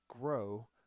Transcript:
grow